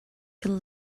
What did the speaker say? can